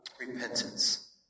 Repentance